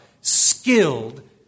skilled